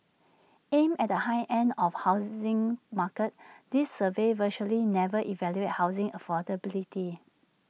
aimed at the high end of housing market these surveys virtually never evaluate housing affordability